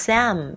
Sam